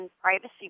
privacy